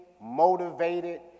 motivated